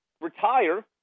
retire